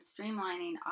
streamlining